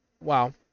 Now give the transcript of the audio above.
wow